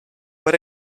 what